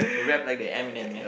you rap like the Eminem yeah